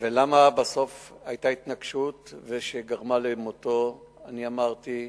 ולמה בסוף היתה התנגשות שגרמה למותו, אני אמרתי: